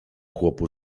chłopu